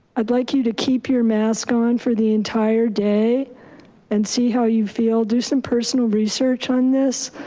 i'd like you to keep your mask on for the entire day and see how you feel. do some personal research on this.